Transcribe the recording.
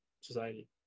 society